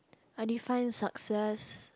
I define success